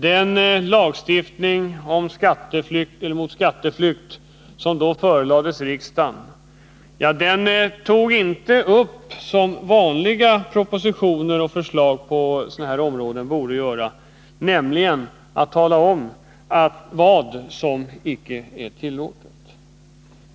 Det förslag till lagstiftning mot skatteflykt som då förelades riksdagen innehöll inte, som vanliga propositioner och förslag på sådana här områden brukar göra, uppgift om vad som icke är tillåtet.